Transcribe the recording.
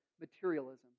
materialism